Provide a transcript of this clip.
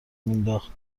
مینداخت